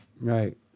Right